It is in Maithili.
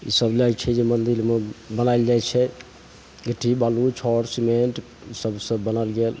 ईसब लैके जे छै जे मन्दिरमे बनाएल जाइ छै गिट्टी बालू छड़ सिमेन्ट ई सबसे बनाएल गेल